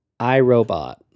iRobot